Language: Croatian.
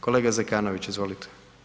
Kolega Zekanović, izvolite.